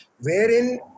wherein